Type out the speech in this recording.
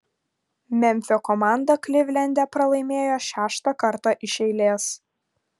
memfio komanda klivlende pralaimėjo šeštą kartą iš eilės